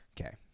Okay